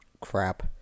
crap